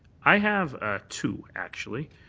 i have ah two, actually.